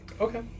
Okay